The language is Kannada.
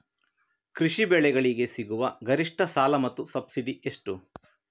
ಕೃಷಿ ಬೆಳೆಗಳಿಗೆ ಸಿಗುವ ಗರಿಷ್ಟ ಸಾಲ ಮತ್ತು ಸಬ್ಸಿಡಿ ಎಷ್ಟು?